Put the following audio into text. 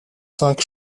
cinq